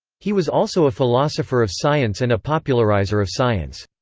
he was also a philosopher of science and a populariser of science.